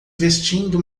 vestindo